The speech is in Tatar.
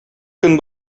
көн